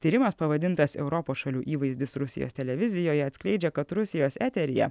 tyrimas pavadintas europos šalių įvaizdis rusijos televizijoje atskleidžia kad rusijos eteryje